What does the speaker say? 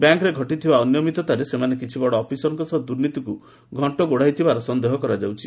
ବ୍ୟାଙ୍କରେ ଘଟିଥିବା ଅନିୟମିତତାରେ ସେମାନେ କିଛି ବଡ଼ ଅଫିସରଙ୍କ ଦୂର୍ନୀତିକୁ ଘଣ୍ଟଘୋଡ଼ାଇଥିବାର ସନ୍ଦେହ କରାଯାଉଛି